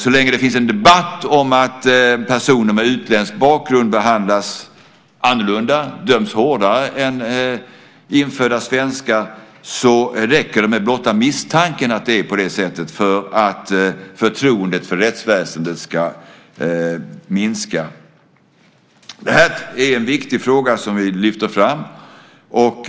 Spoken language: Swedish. Så länge det finns en debatt om att personer med utländsk bakgrund behandlas annorlunda och döms hårdare än infödda svenskar räcker det med blotta misstanken att det är på det sättet för att förtroendet för rättsväsendet ska minska. Det här är en viktig fråga som vi lyfter fram.